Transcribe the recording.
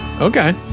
Okay